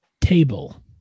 Table